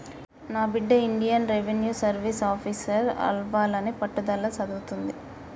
నా బిడ్డ Indian revenue service officer అవ్వాలని పట్టుదలగా సదువుతుంది